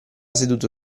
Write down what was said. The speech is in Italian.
seduto